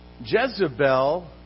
Jezebel